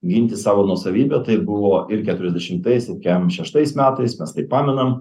ginti savo nuosavybę taip buvo ir keturiasdešimtais kemšeštais metais mes tai paminam